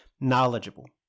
knowledgeable